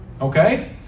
okay